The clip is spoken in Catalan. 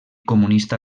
comunista